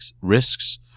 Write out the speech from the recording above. risks